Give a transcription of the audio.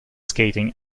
skating